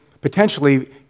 potentially